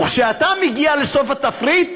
וכשאתה מגיע לסוף התפריט,